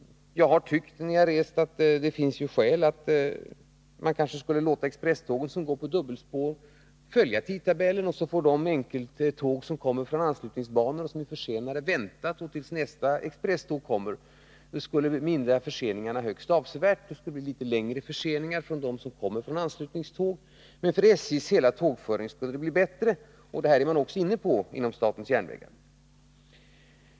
Jag har tyckt när jag har rest att det kanske finns skäl att låta expresstågen som går på dubbelspår följa tidtabellen, och så får de tåg som kommer från anslutningsbanor och som är försenade vänta till nästa expresståg kommer. Det skulle mildra förseningarna högst avsevärt. Det skulle bli litet längre förseningar för dem som kommer från anslutningståg, men för SJ:s hela tågföring skulle det bli bättre. Det här är man inne på också inom statens järnvägar.